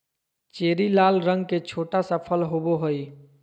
cherry लाल रंग के छोटा सा फल होबो हइ